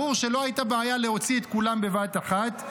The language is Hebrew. ברור שלא הייתה בעיה להוציא את כולם בבת אחת,